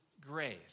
grace